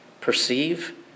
Perceive